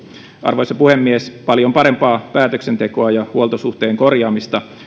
arvoisa puhemies paljon parempaa päätöksentekoa ja huoltosuhteen korjaamista